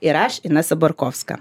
ir aš inesa borkovska